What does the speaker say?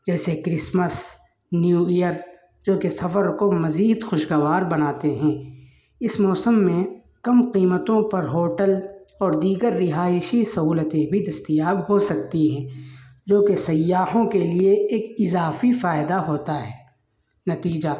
جیسے Christmas new year جو سفر کو مزید خوشگوار بناتے ہیں اس موسم میں کم قیمتوں پر ہوٹل اور دیگر رہائشی سہولتیں بھی دستیاب ہو سکتی ہیں جو کہ سیاحوں کے لیے ایک اضافی فائدہ ہوتا ہے نتیجہ